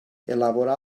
elaborar